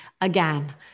again